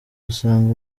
usanga